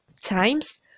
times